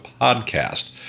podcast